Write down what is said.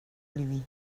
lui